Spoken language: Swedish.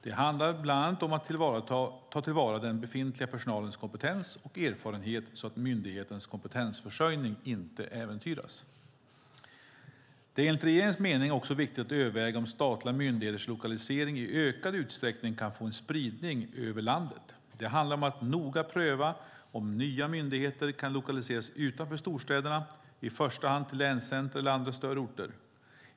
Det handlar bland annat om att ta till vara den befintliga personalens kompetens och erfarenhet så att myndighetens kompetensförsörjning inte äventyras. Det är enligt regeringens mening också viktigt att överväga om statliga myndigheters lokalisering i ökad utsträckning kan få en spridning över landet. Det handlar om att noga pröva om nya myndigheter kan lokaliseras utanför storstäderna, i första hand till länscentrum eller andra större orter.